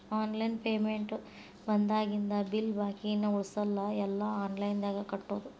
online payment ಬಂದಾಗಿಂದ bill ಬಾಕಿನ ಉಳಸಲ್ಲ ಎಲ್ಲಾ ಆನ್ಲೈನ್ದಾಗ ಕಟ್ಟೋದು